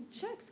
checks